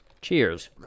Cheers